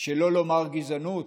שלא לומר גזענות?